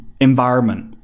environment